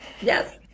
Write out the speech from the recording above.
Yes